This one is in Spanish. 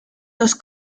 los